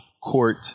Court